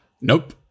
Nope